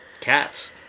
cats